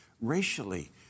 racially